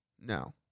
No